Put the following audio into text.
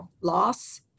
loss